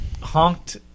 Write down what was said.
honked